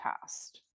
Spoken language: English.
past